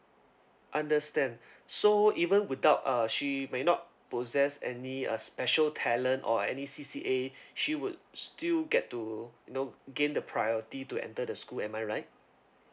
understand so even without uh she may not possess any uh special talent or any C_C_A she would still get to you know gain the priority to enter the school am I right